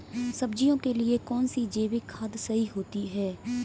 सब्जियों के लिए कौन सी जैविक खाद सही होती है?